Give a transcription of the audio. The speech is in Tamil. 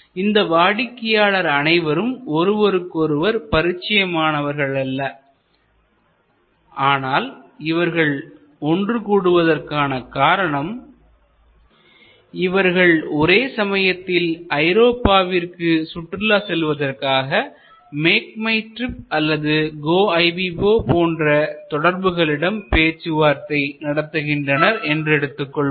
இந்த வாடிக்கையாளர் அனைவரும் ஒருவருக்கொருவர் பரிச்சயமானவர்கள் அல்ல ஆனால் இவர்கள் ஒன்று கூடுவதற்கான காரணம் இவர்கள் ஒரே சமயத்தில் ஐரோப்பாவிற்கு சுற்றுலா செல்வதற்காக மேக் மை ட்ரிப் அல்லது கோஐபிபோ போன்ற தொடர்புகளிடம் பேச்சுவார்த்தை நடத்துகின்றனர் என்று எடுத்துக் கொள்வோம்